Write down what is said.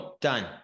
done